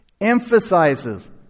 emphasizes